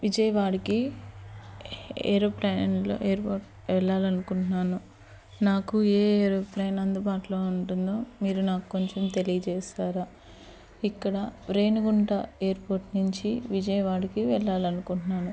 విజయవాడకి ఏరోప్లేన్లో ఎయిర్పోర్ట్ వెళ్ళాలి అనుకుంటున్నాను నాకు ఏ ఏరోప్లేన్ అందుబాటులో ఉంటుందో మీరు నాకు కొంచెం తెలియజేస్తారా ఇక్కడ రేణిగుంట ఎయిర్పోర్ట్ నుంచి విజయవాడకి వెళ్ళాలి అనుకుంటున్నాను